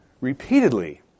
repeatedly